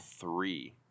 three